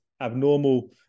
abnormal